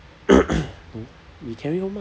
no you carry home ah